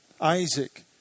Isaac